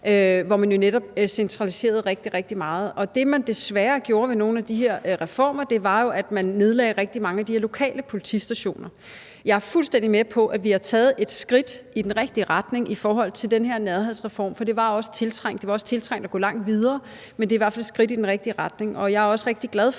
jo netop centraliserede rigtig, rigtig meget. Og det, man desværre gjorde ved nogle af de her reformer, var jo, at man nedlagde rigtig mange af de her lokale politistationer. Jeg er fuldstændig med på, at vi har taget et skridt i den rigtige retning i forhold til den her nærhedsreform. For det var også tiltrængt, og det var også tiltrængt at gå langt videre, men det er i hvert fald et skridt i den rigtige retning. Og jeg er også rigtig glad for,